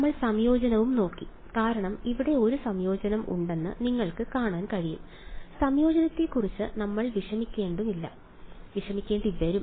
നമ്മൾ സംയോജനവും നോക്കി കാരണം ഇവിടെ ഒരു സംയോജനം ഉണ്ടെന്ന് നിങ്ങൾക്ക് കാണാൻ കഴിയും സംയോജനത്തെക്കുറിച്ച് നമ്മൾ വിഷമിക്കേണ്ടിവരും